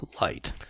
light